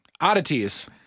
Oddities